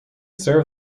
serve